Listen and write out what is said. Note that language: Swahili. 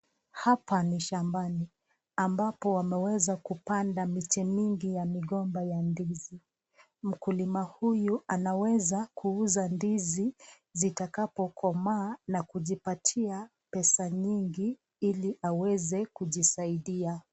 Hapa ni shambani ambapo wamepanda miti mingi ya migomba ya ndizi . Mkulima huyu anaweza kuuza ndizi zitakapo komaa na kujipatia pesa nyingi ili aweze kujisaidia.